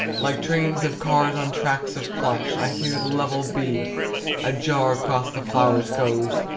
like trains of cars on tracks of plush i hear the level bee a jar across the flowers goes,